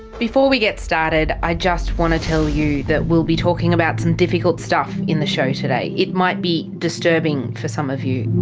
before we get started, i just want to tell you that we'll be talking about some difficult stuff in the show today it might be disturbing for some of you.